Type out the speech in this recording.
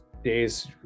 days